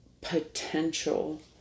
potential